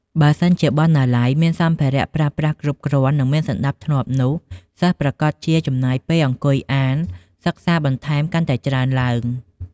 បើសិនជាបណ្ណាល័យ មានសម្ភារៈប្រើប្រាស់គ្រប់គ្រាន់និងមានសណ្តាប់ធ្នាប់នោះសិស្សប្រាកដជាចំណាយពេលវេលាអង្គុយអាន សិក្សាបន្ថែមកាន់តែច្រើនទ្បើង។